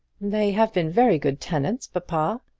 they have been very good tenants, papa.